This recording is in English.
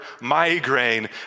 migraine